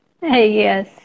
Yes